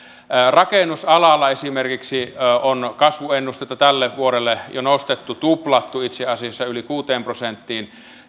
esimerkiksi rakennusalalla on kasvuennustetta tälle vuodelle jo nostettu itse asiassa tuplattu yli kuuteen prosenttiin